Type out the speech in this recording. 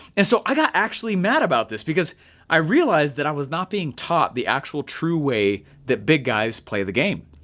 and so i got actually mad about this because i realized that i was not being taught the actual true way that big guys play the game.